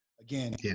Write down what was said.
again